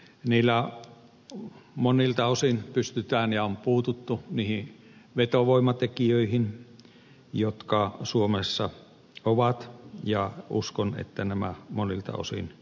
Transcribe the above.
niillä monilta osin pystytään ja on puututtu niihin vetovoimatekijöihin jotka suomessa ovat ja uskon että nämä monilta osin purevat